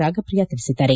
ರಾಗಪ್ರಿಯಾ ತಿಳಿಸಿದ್ದಾರೆ